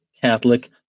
Catholic